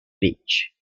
beach